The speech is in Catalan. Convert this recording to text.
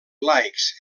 laics